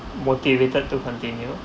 motivated to continue